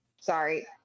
Sorry